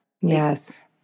Yes